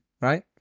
right